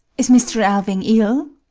is mr. alving ill?